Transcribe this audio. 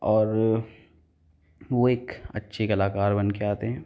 और वह एक अच्छी कलाकार बनकर आते हैं